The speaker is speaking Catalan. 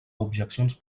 objeccions